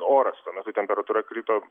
oras tuo metu temperatūra krito